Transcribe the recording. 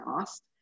asked